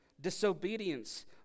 disobedience